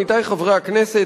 עמיתי חברי הכנסת,